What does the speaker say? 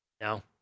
no